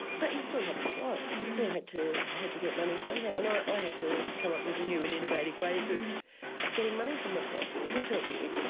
but you still had to survive you still had to had to get money somehow, and i ah had to come up with new and innovative ways of getting money for myself. which i did.